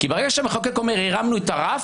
כי ברגע שהמחוקק אומר, הרמנו את הרף,